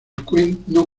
cuenta